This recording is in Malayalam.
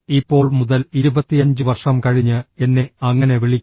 ഇപ്പോൾ മുതൽ 25 വർഷം കഴിഞ്ഞ് എന്നെ അങ്ങനെ വിളിക്കും